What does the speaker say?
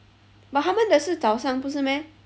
but 他们的是早上不是 meh